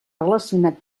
relacionat